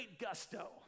gusto